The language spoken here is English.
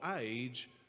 age